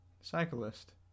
Cyclist